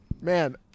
Man